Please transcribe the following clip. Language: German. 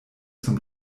zum